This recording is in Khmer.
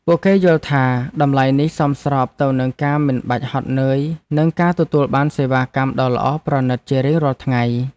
ពួកគេយល់ថាតម្លៃនេះសមស្របទៅនឹងការមិនបាច់ហត់នឿយនិងការទទួលបានសេវាកម្មដ៏ល្អប្រណីតជារៀងរាល់ថ្ងៃ។